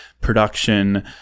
production